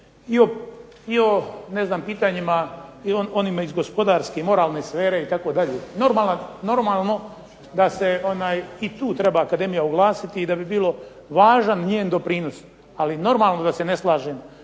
i o ne znam pitanjima, i o onima iz gospodarske, moralne sfere, itd. Normalno da se i tu treba akademija oglasiti, i da bi bilo važan njen doprinos, ali normalno da se ne slažem